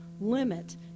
limit